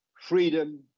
freedom